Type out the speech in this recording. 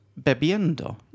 bebiendo